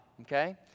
Okay